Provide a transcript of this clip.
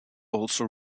also